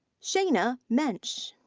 shaina mensch.